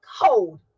cold